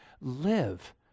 Live